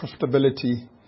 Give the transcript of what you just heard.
profitability